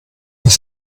was